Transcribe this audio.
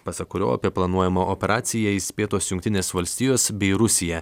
pasak kurio apie planuojamą operaciją įspėtos jungtinės valstijos bei rusija